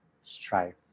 strife